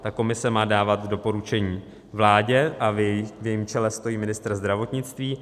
Ta komise má dávat doporučení vládě a v jejím čele stojí ministr zdravotnictví.